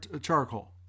charcoal